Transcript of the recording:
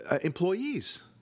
employees